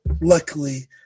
luckily –